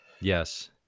Yes